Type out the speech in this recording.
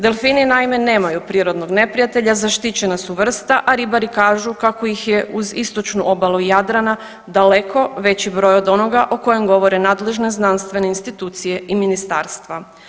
Delfini naime nemaju prirodnog neprijatelja, zaštićena su vrsta, a ribari kažu kako ih je uz istočnu obalu Jadrana daleko veći broj od onoga o kojem govore nadležne znanstvene institucije i ministarstva.